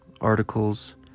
articles